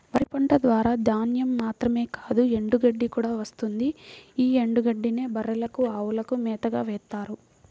వరి పంట ద్వారా ధాన్యం మాత్రమే కాదు ఎండుగడ్డి కూడా వస్తుంది యీ ఎండుగడ్డినే బర్రెలకు, అవులకు మేతగా వేత్తారు